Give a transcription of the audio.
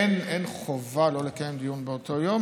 אין חובה לא לקיים דיון באותו יום,